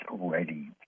already